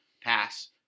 pass